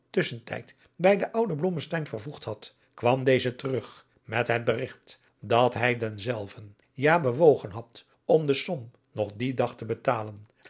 tusschentijd bij den ouden blommesteyn vervoegd had kwam deze terug met het berigt dat hij denzelven ja bewogen had om de som nog dien dag te betalen